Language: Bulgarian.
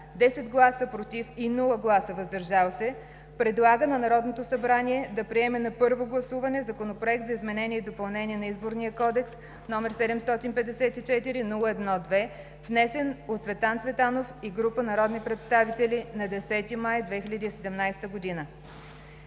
10 гласа „против“ и без „въздържал се” предлага на Народното събрание да приеме на първо гласуване Законопроект за изменение и допълнение на Изборния кодекс, № 754-01-2, внесен от Цветан Генчев Цветанов и група народни представители на 10 май 2017 г.;